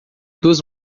duas